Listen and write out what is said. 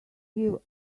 give